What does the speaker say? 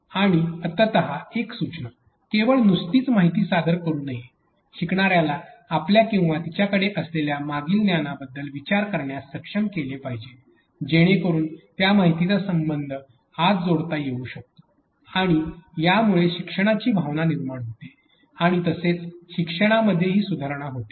आणि अंततः एक सूचना केवळ नुसतीच माहिती सादर करू नये शिकणार्याला आपल्या किंवा तिच्याकडे असलेल्या मागील ज्ञानाबद्दल विचार करण्यास सक्षम केले पाहिजे जेणेकरुन त्या माहितीचा संबंध आज जोडता येऊ शकेल आणि यामुळे शिक्षणाची भावना निर्माण होते आणि तसेच शिक्षणामध्येही सुधारणा होते